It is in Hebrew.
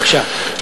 בבקשה.